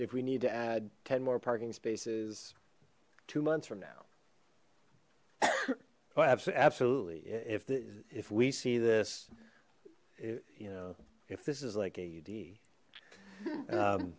if we need to add ten more parking spaces two months from now oh absolutely if the if we see this you know if this is like a